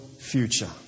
future